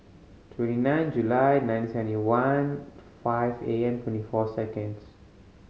twenty nine July nineteen seventy one five A M twenty four seconds